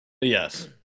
Yes